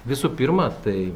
visų pirma tai